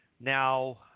Now